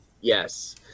yes